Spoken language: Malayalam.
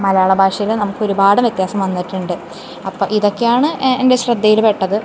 മലയാള ഭാഷയിൽ നമുക്ക് ഒരുപാട് വ്യത്യാസം വന്നിട്ടുണ്ട് അപ്പോൾ ഇതൊക്കെയാണ് എൻ്റെ ശ്രദ്ധയിൽ പെട്ടത്